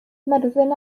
myrddin